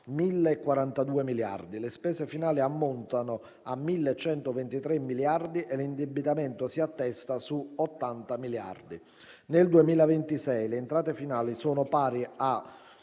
1.042 miliardi, le spese finali ammontano a 1.123 miliardi e l’indebitamento si attesta su 80 miliardi; nel 2026 le entrate finali sono pari a